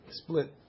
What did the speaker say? split